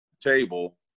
table